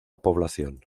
población